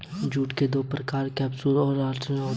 jute के दो प्रकार केपसुलरिस और ओलिटोरियस होते हैं